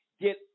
get